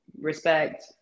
respect